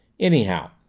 anyhow,